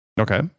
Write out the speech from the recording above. Okay